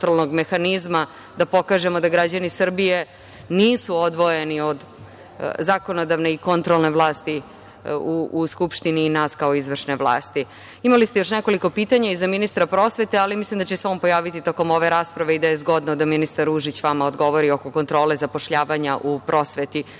da pokažemo da građani Srbije nisu odvojeni od zakonodavne i kontrolne vlasti u Skupštini i nas kao izvršne vlasti. Imali ste još nekoliko pitanja i za ministra prosvete, ali mislim da će se on pojaviti tokom ove rasprave i da je zgodno da ministar Ružić vama odgovori oko kontrole zapošljavanja u prosveti.